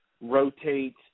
rotate